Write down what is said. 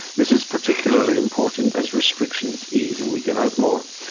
this is particularly important as restrictions ease and we get out more.